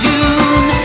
June